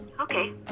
Okay